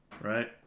Right